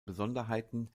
besonderheiten